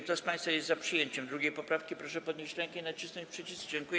Kto z państwa jest za przyjęciem 2. poprawki, proszę podnieść rękę i nacisnąć przycisk.